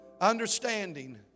understanding